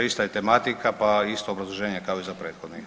Ista je tematika pa isto obrazloženje kao i za prethodni.